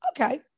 Okay